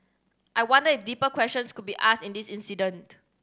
I wonder if deeper questions could be asked in this incident